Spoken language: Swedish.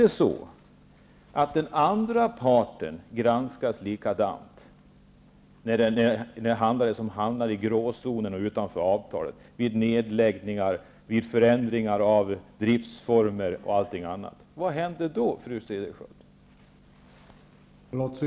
Granskas den andra parten likadant när man hamnar i gråzonen och utanför avtalet vid nedläggningar, förändringar av driftsformer, m.m.? Vad händer då, fru Cederschiöld?